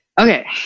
Okay